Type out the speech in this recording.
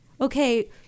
okay